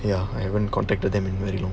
ya I haven't contacted them and